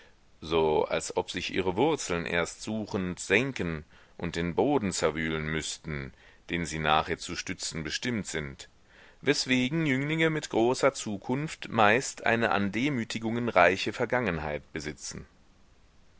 so als ob sich ihre wurzeln erst suchend senken und den boden zerwühlen müßten den sie nachher zu stützen bestimmt sind weswegen jünglinge mit großer zukunft meist eine an demütigungen reiche vergangenheit besitzen